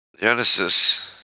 Genesis